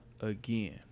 again